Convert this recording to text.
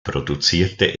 produzierte